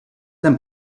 ten